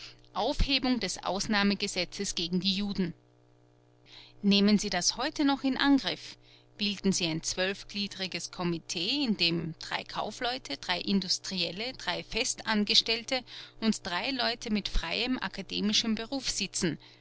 aufhebung des ausnahmegesetzes gegen die juden nehmen sie das heute noch in angriff bilden sie ein zwölfgliedriges komitee in dem drei kaufleute drei industrielle drei festangestellte und drei leute mit freiem akademischem beruf sitzen